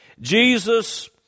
jesus